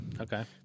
Okay